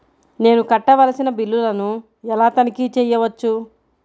నేను కట్టవలసిన బిల్లులను ఎలా తనిఖీ చెయ్యవచ్చు?